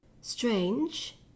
Strange